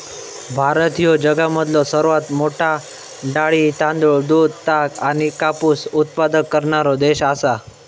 भारत ह्यो जगामधलो सर्वात मोठा डाळी, तांदूळ, दूध, ताग आणि कापूस उत्पादक करणारो देश आसा